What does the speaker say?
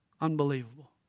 Unbelievable